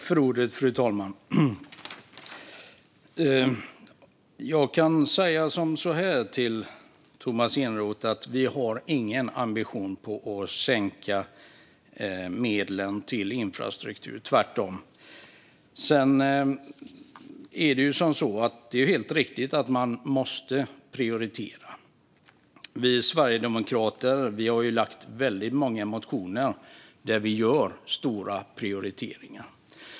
Fru talman! Jag kan säga så här till Tomas Eneroth: Vi har ingen ambition att sänka medlen till infrastruktur - tvärtom. Sedan är det helt riktigt så att man måste prioritera. Vi sverigedemokrater har väckt väldigt många motioner där vi gör stora prioriteringar.